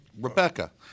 Rebecca